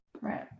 Right